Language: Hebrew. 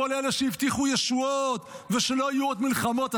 כל אלה שהבטיחו ישועות ושלא יהיו עוד מלחמות,